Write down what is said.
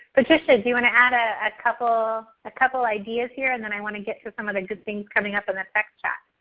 patricia, do you want to add ah ah a ah couple ideas here and then i want to get to some of the good things coming up in the text chat.